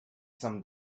some